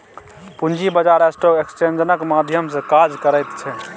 पूंजी बाजार स्टॉक एक्सेन्जक माध्यम सँ काज करैत छै